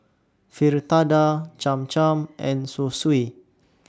Fritada Cham Cham and Zosui